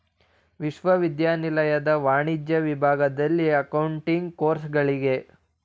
ವಿಶ್ವವಿದ್ಯಾನಿಲಯದ ವಾಣಿಜ್ಯ ವಿಭಾಗದಲ್ಲಿ ಅಕೌಂಟಿಂಗ್ ಕೋರ್ಸುಗಳಿಗೆ